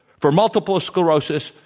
for multiple sclerosis,